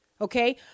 Okay